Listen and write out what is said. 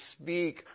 speak